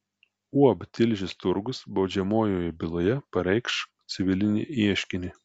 uab tilžės turgus baudžiamojoje byloje pareikš civilinį ieškinį